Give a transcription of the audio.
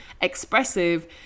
expressive